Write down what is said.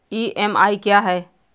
EMI क्या है?